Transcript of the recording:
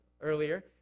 earlier